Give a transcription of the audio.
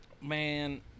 Man